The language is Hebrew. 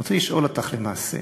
רציתי לשאול אותך, למעשה: